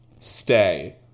stay